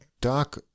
Doc